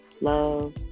love